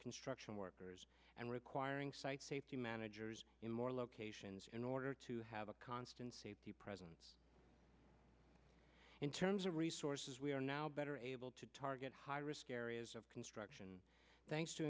construction workers and requiring site safety managers in more locations in order to have a constant presence in terms of resources we are now better able to target high risk areas of construction thanks to